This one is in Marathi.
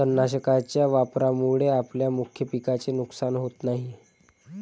तणनाशकाच्या वापरामुळे आपल्या मुख्य पिकाचे नुकसान होत नाही